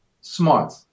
smart